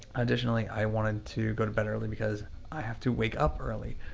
additionally, i wanted to go to bed early because i have to wake up early.